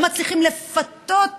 לא מצליחים לפתות